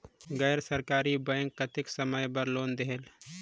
गैर सरकारी बैंक कतेक समय बर लोन देहेल?